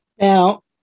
Now